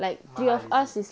mahal is it